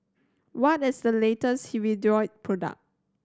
what is the latest Hirudoid product